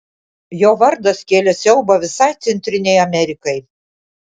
jo vardas kėlė siaubą visai centrinei amerikai